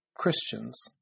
Christians